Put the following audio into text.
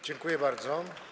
Dziękuję bardzo.